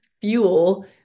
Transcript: fuel